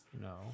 No